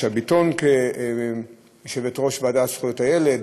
ביטון כיושבת-ראש הוועדה לזכויות הילד,